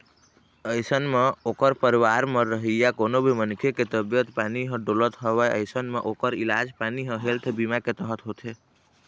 अइसन म ओखर परिवार म रहइया कोनो भी मनखे के तबीयत पानी ह डोलत हवय अइसन म ओखर इलाज पानी ह हेल्थ बीमा के तहत होथे